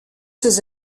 ses